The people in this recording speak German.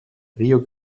rio